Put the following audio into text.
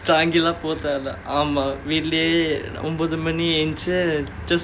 changi லாம் போக தேவ இல்ல வீட்டுலயே ஒம்பது மணிக்கு எஞ்சி:laam poga theva illa veetulayae ombathu manikki enchi just